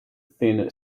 thin